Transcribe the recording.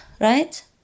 right